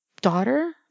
daughter